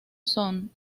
son